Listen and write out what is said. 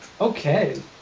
Okay